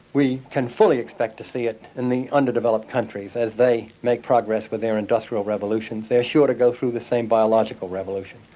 we can fully expect to see it in the underdeveloped countries. as they make progress with their industrial revolutions they are sure to go through the same biological revolution.